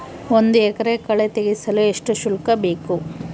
ಒಂದು ಎಕರೆ ಕಳೆ ತೆಗೆಸಲು ಎಷ್ಟು ಶುಲ್ಕ ಬೇಕು?